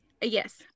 Yes